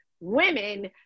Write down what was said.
women